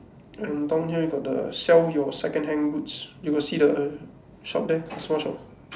and down here you got the sell your second-hand goods you got see the shop there the small shop